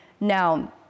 Now